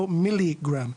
לא מיליגרם,